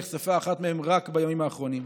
נחשפה אחת מהן רק בימים האחרונים.